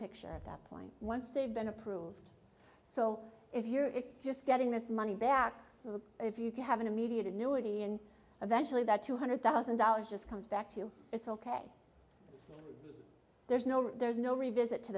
picture at that point once they've been approved so if you're just getting this money back for the if you can have an immediate annuity and eventually that two hundred thousand dollars just comes back to you it's ok there's no real there's no revisit to